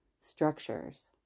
structures